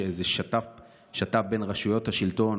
שיתוף פעולה בין רשויות השלטון,